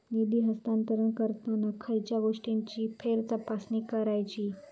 निधी हस्तांतरण करताना खयच्या गोष्टींची फेरतपासणी करायची?